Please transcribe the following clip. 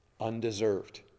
undeserved